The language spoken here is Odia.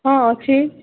ହଁ ଅଛି